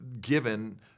given